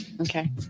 Okay